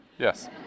Yes